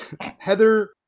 Heather